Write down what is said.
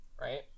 Right